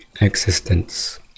existence